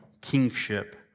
kingship